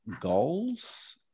goals